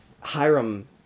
Hiram